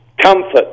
comfort